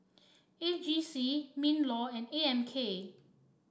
A G C Minlaw and A M K